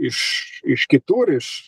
iš iš kitur iš